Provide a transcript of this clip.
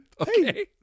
Okay